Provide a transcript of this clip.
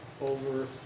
over